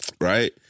right